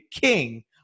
king